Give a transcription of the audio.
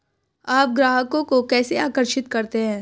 आप ग्राहकों को कैसे आकर्षित करते हैं?